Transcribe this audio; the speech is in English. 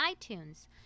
iTunes